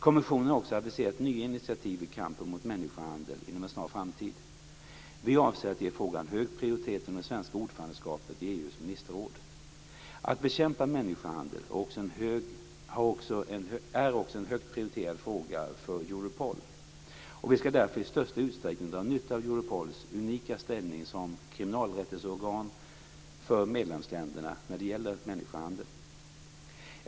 Kommissionen har också aviserat nya initiativ i kampen mot människohandel inom en snar framtid. Vi avser att ge frågan hög prioritet under det svenska ordförandeskapet i EU ministerråd. Att bekämpa människohandel är också en högt prioriterad fråga för Europol, och vi ska därför i största utsträckning dra nytta av Europols unika ställning som kriminalunderrättelseorgan för medlemsländerna när det gäller människohandel.